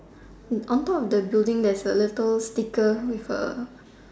on top of the building there's a little sticker with A